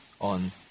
on